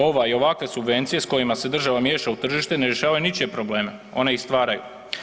Ove i ovakve subvencije s kojima se država miješa u tržište, ne rješava ničije probleme, one ih stvaraju.